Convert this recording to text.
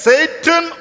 Satan